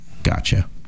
Gotcha